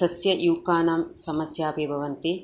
सस्ययूकानां समस्या अपि भवन्ति